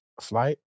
flight